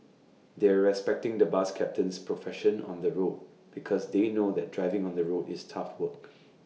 they're respecting the bus captain's profession on the road because they know that driving on the road is tough work